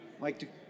Mike